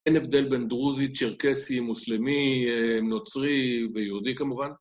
אין הבדל בין דרוזי, צ'רקסי, מוסלמי, נוצרי ויהודי כמובן.